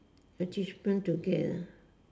achievement to get ah